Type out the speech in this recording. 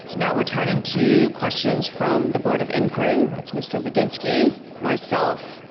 now we're turning to questions from the board of inquiry, that's mr. budinski, myself,